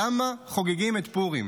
למה חוגגים את פורים?